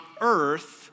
Earth